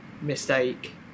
mistake